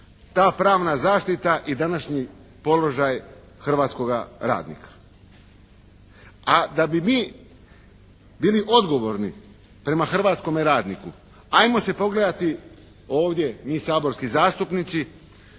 ta pravna zaštita i današnji položaj hrvatskoga radnika. A da bi mi bili odgovorni prema hrvatskome radniku ajmo se pogledati ovdje mi saborski zastupnici